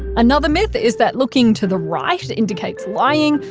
another myth is that looking to the right indicates lying,